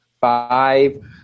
five